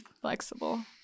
flexible